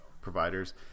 providers